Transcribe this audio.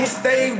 stay